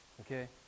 Okay